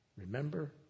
Remember